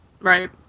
Right